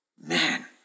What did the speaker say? Man